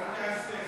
אל תהסס,